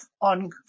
on